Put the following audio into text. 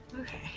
Okay